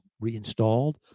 reinstalled